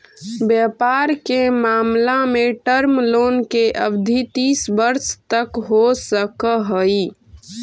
व्यापार के मामला में टर्म लोन के अवधि तीस वर्ष तक हो सकऽ हई